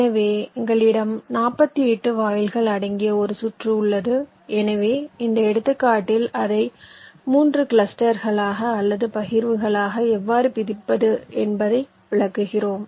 எனவே எங்களிடம் 48 வாயில்கள் அடங்கிய ஒரு சுற்று உள்ளது எனவே இந்த எடுத்துக்காட்டில் அதை 3 கிளஸ்டர்களாக அல்லது பகிர்வுகளாக எவ்வாறு பிரிப்பது என்பதை விளக்குகிறோம்